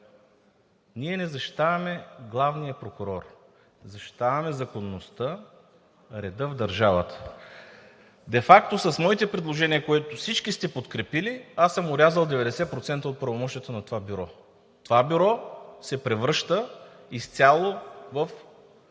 Ние не защитаваме главния прокурор, защитаваме законността, реда в държавата. Де факто с моето предложение, което всички сте подкрепили, аз съм орязал 90% от правомощията на това бюро. Това бюро се превръща изцяло с